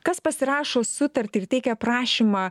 kas pasirašo sutartį ir teikia prašymą